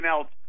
else